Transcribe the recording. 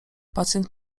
pacjent